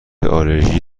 آلرژی